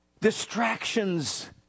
Distractions